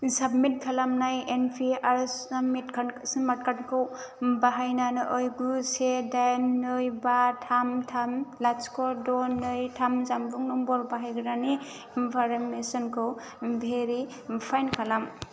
submit खालामनाय NPR submit card smart कार्डखौ बाहायनानै गु से दाइन नै बा थाम थाम लाथिख' द' नै थाम जानबुं नम्बर बाहायग्रानि इनफ'रमेसनखौ भेरिफाइ खालाम